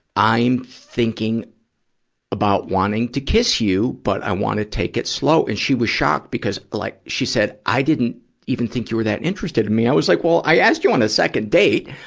i'm thinking about wanting to kiss you, but i wanna take it slow. and she was shocked, because, like, she said, i didn't even think you were that interested in me. i was, like, i asked you on a second date!